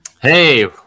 hey